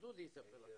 אז דודי יספר לכם.